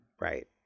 Right